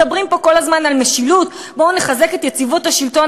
מדברים פה כל הזמן על משילות: בואו נחזק את יציבות השלטון,